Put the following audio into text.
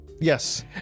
Yes